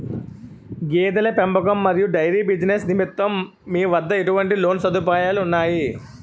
గేదెల పెంపకం మరియు డైరీ బిజినెస్ నిమిత్తం మీ వద్ద ఎటువంటి లోన్ సదుపాయాలు ఉన్నాయి?